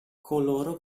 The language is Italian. coloro